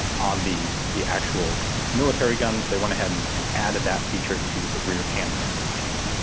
um on the the actual military guns, they went ahead and and added that feature to the rear handguard retainer.